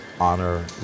honor